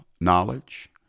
knowledge